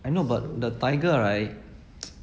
I know but the tiger right